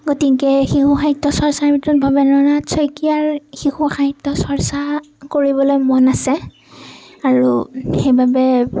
গতিকে শিশু সাহিত্য চৰ্চাৰ ভিতৰত ভৱেন্দ্ৰ নাথ শইকীয়াৰ শিশু সাহিত্য চৰ্চা কৰিবলৈ মন আছে আৰু সেইবাবে